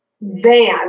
van